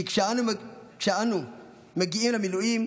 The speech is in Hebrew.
כי כשאנו מגיעים למילואים,